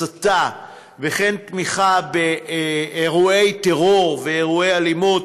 הסתה וכן תמיכה באירועי טרור ואירועי אלימות.